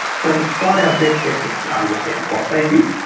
so despite our best efforts to understand what they did,